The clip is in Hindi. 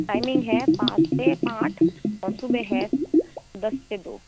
टाइमिंग है पाँच से आठ और सुबह है दस से दो